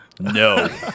No